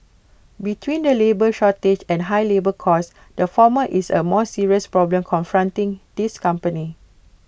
between the labour shortage and high labour costs the former is A more serious problem confronting his companies